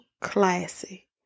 classy